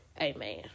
amen